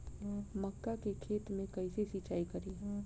मका के खेत मे कैसे सिचाई करी?